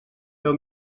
deu